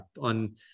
on